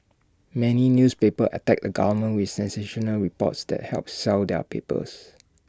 many newspapers attack A government with sensational reports that help sell their papers